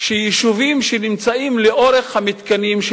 שיישובים שנמצאים לאורך המתקנים של